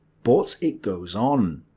but it goes on.